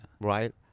Right